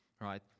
right